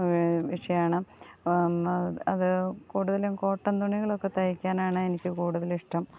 വിഷയമാണ് അത് കൂടുതലും കോട്ടൺ തുണികളൊക്കെ തയ്ക്കാനാണ് എനിക്ക് കൂടുതലിഷ്ടം